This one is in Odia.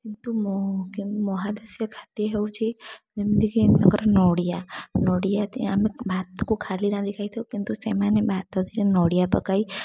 କିନ୍ତୁ ମୋ ମହାଦେଶୀୟ ଖାଦ୍ୟ ହେଉଛି ଯେମିତିକି ତାଙ୍କର ନଡ଼ିଆ ନଡ଼ିଆ ଆମେ ଭାତକୁ ଖାଲି ରାନ୍ଧି ଖାଇଥାଉ କିନ୍ତୁ ସେମାନେ ଭାତ ଦେହରେ ନଡ଼ିଆ ପକାଇ